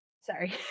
Sorry